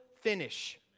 finish